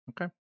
okay